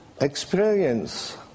experience